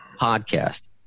podcast